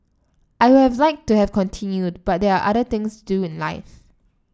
I would have liked to have continued but there are other things to do in life